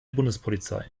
bundespolizei